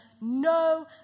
no